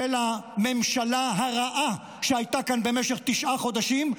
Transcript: הממשלה הרעה שהייתה כאן במשך תשעה חודשים,